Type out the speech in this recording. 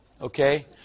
Okay